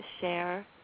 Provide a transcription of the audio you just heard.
share